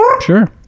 Sure